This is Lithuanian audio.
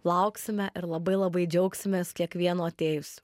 lauksime ir labai labai džiaugsimės kiekvienu atėjusiu